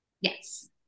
Yes